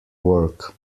work